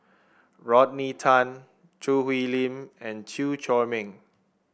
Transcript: Rodney Tan Choo Hwee Lim and Chew Chor Meng